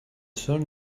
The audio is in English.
sun